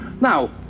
Now